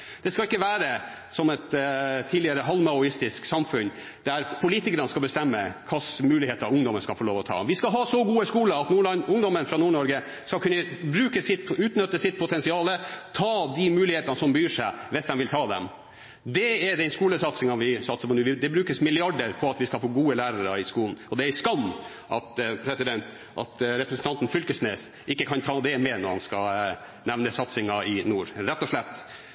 Det skal ikke være som et tidligere halvmaoistisk samfunn, der politikerne skal bestemme hvilke muligheter ungdommen skal få lov å ha. Vi skal ha så gode skoler at ungdommen fra Nord-Norge skal kunne utnytte sitt potensial, ta de mulighetene som byr seg, hvis de vil ta dem. Det er den skolesatsinga vi gjør nå. Det brukes milliarder på at vi skal få gode lærere i skolen, og det er en skam at representanten Knag Fylkesnes ikke kan ta det med når han skal nevne satsingen i nord – rett og slett.